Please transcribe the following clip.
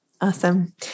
Awesome